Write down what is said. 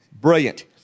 Brilliant